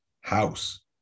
house